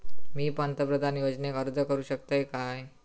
मी पंतप्रधान योजनेक अर्ज करू शकतय काय?